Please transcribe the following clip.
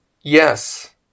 yes